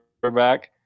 Quarterback